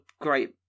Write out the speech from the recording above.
great